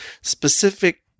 specific